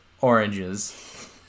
oranges